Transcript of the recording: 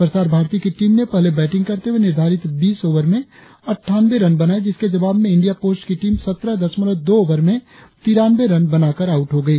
प्रसार भारती की टीम ने पहले बैटिंग करते हुए निर्धारित बीस ओवर में अटठानवें रन बनाए जिसके जवाब में इंडिया पोस्ट की टीम सत्रह दशमलव दो ओवर में तिरानवें रन बनाकर आऊट हो गए